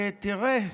תראה,